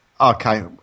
Okay